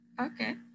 okay